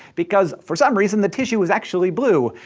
because, for some reason, the tissue is actually blue.